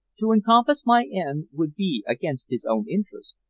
to encompass my end would be against his own interests,